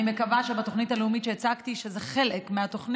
אני מקווה שבתוכנית הלאומית שהצגתי, שזה חלק ממנה,